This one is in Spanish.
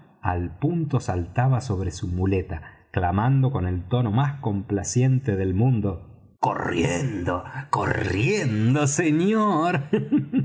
al punto saltaba sobre su muleta clamando con el tono más complaciente del mundo corriendo corriendo señor